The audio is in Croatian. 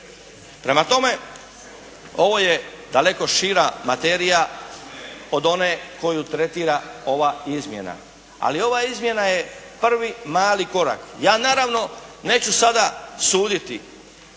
Prema tome ovo je daleko šira materija od one koju tretira ova izmjena, ali ova izmjena je prvi mali korak. Ja naravno neću sada suditi,